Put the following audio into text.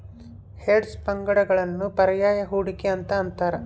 hedge ಫಂಡ್ಗಳನ್ನು ಪರ್ಯಾಯ ಹೂಡಿಕೆ ಅಂತ ಅಂತಾರ